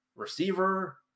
Receiver